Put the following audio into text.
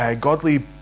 godly